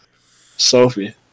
Sophie